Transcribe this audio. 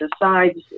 decides